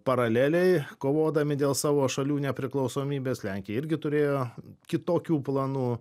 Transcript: paraleliai kovodami dėl savo šalių nepriklausomybės lenkija irgi turėjo kitokių planų